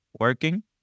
working